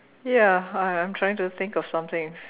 ya I I I'm trying to think of something